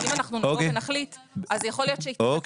כי אם אנחנו נחליט אז יכול להיות שתיפתר